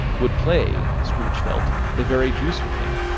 would play, scrooge felt, the very deuce with him.